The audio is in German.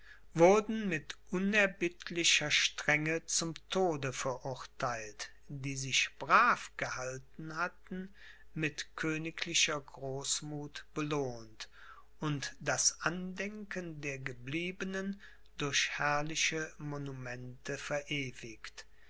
wurden mit unerbittlicher strenge zum tode verurtheilt die sich brav gehalten hatten mit königlicher großmuth belohnt und das andenken der gebliebenen durch herrliche monumente verewigt